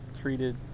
treated